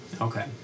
Okay